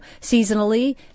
seasonally